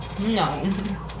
No